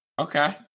Okay